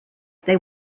they